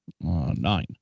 Nine